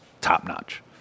top-notch